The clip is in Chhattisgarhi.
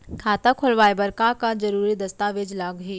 खाता खोलवाय बर का का जरूरी दस्तावेज लागही?